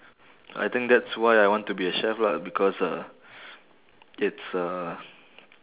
I think that's why I want to be a chef lah because uh it's uh